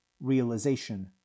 Realization